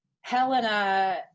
Helena